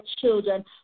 children